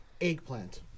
eggplant